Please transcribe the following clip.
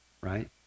Right